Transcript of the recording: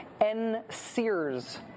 N-Sears